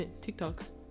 tiktok's